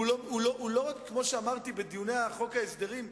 כמו שאמרתי בדיוני חוק ההסדרים,